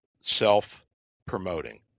self-promoting